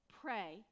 pray